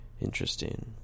Interesting